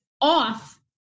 off